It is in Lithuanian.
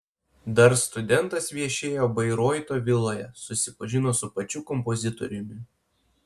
dar studentas viešėjo bairoito viloje susipažino su pačiu kompozitoriumi